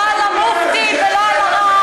לא על המופתי ולא על הרב.